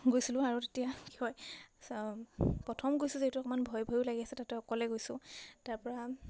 গৈছিলোঁ আৰু তেতিয়া কি হয় প্ৰথম গৈছোঁ যিহেতু অকণমান ভয় ভয়ো লাগি আছে তাতে অকলে গৈছোঁ তাৰপৰা